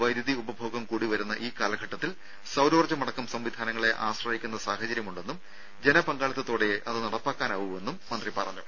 വൈദ്യുതി ഉപഭോഗം കൂടി വരുന്ന ഈ കാലഘട്ടത്തിൽ സൌരോർജ്ജമടക്കം സംവിധാനങ്ങളെ ആശ്രയിക്കുന്ന സാഹചര്യം ഉണ്ടെന്നും ജനപങ്കാളിത്തത്തോടെയേ അത് നടപ്പാക്കാൻ ആവൂ എന്നും മന്ത്രി പറഞ്ഞു